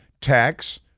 tax